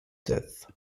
death